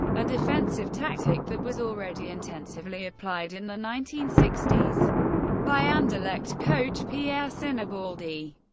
a defensive tactic that was already intensively applied in the nineteen sixty s by anderlecht coach pierre sinibaldi.